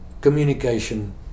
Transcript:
communication